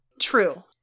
True